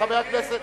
חבר הכנסת